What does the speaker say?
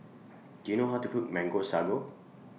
Do YOU know How to Cook Mango Sago